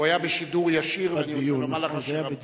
הוא היה בשידור ישיר, נכון, זה היה בדיון ישיר.